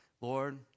Lord